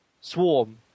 Swarm